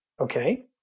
Okay